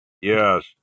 Yes